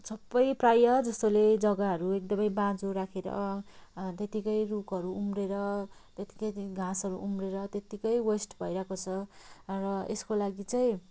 सबै प्राय जस्तोले जग्गाहरू एकदमै बाँझो राखेर त्यतिकै रुखहरू उम्रिएर त्यतिकै घाँसहरू उम्रेर त्यतिकै वेस्ट भइरहेको छ र यसको लागि चाहिँ